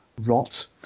rot